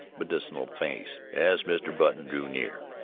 medicinal face as mr. button drew near.